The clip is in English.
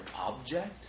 object